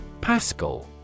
Pascal